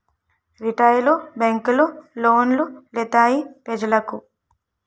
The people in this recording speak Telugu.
రిటైలు బేంకులు లోను లిత్తాయి పెజలకు